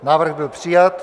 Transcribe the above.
Návrh byl přijat.